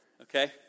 okay